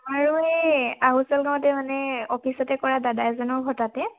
আৰু এই আহুচাল গাঁৱতে মানে অফিচতে কৰা দাদা এজনৰ ঘৰ তাতে